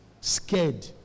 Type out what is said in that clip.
scared